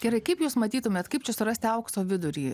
gerai kaip jūs matytumėt kaip čia surasti aukso vidurį